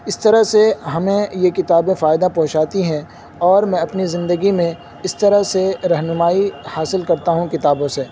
اس طرح سے ہمیں یہ کتابیں فائدہ پہنچاتی ہیں اور میں اپنی زندگی میں اس طرح سے رہنمائی حاصل کرتا ہوں کتابوں سے